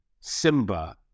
Simba